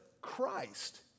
Christ